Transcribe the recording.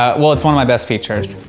um well, it's one of my best features.